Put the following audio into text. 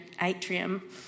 atrium